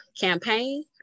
campaign